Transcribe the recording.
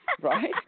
right